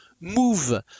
move